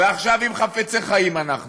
ועכשיו, אם חפצי חיים אנחנו